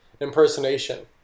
impersonation